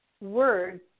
words